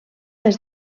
des